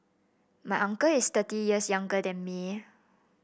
my uncle is thirty years younger than me